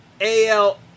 AL